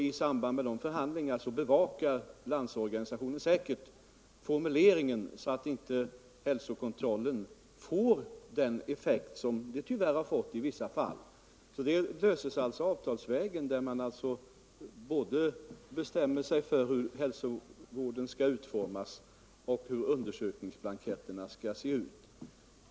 I samband med de förhandlingarna bevakar säkert Landsorganisationen formuleringen, så att inte hälsokontrollen får den effekt som den tyvärr har fått i vissa fall. Problemet löses alltså avtalsvägen, och därvid bestämmer man både hur hälsovården skall utformas och hur blanketterna skall se ut.